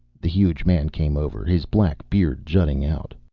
the huge man came over, his black beard jutting out.